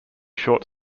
short